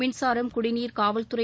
மின்சாரம் குடிநீர் காவல்துறை